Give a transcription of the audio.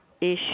issue